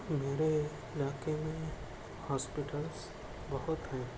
میرے علاقے میں ہاسپیٹلس بہت ہیں